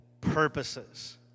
purposes